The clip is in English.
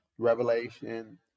Revelation